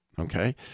Okay